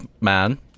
man